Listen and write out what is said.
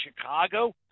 Chicago